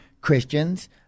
Christians